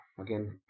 Again